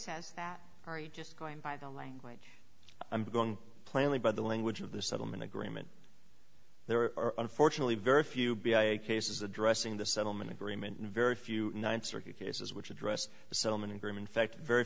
you just going by the language i'm going plainly by the language of the settlement agreement there are unfortunately very few b i cases addressing the settlement agreement and very few ninth circuit cases which address the settlement agreement fact very